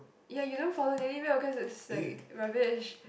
ya you don't follow daily mail cause it's like rubbish